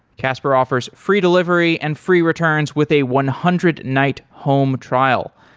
casper offers free delivery and free returns with a one hundred night home trial.